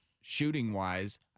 shooting-wise